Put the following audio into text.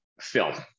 film